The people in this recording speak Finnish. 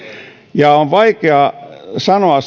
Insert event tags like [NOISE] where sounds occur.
ja on vaikea sanoa [UNINTELLIGIBLE]